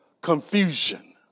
confusion